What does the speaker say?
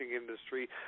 industry